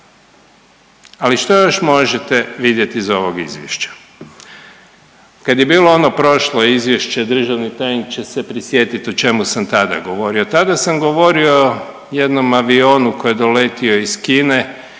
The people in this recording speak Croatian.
Ali što još možete vidjeti iz ovog izvješća? Kad je bilo ono prošlo izvješće državni tajnik će se prisjetit o čemu sam tada govorio. Tada sam govorio o jednom avionu koji je doletio iz Kine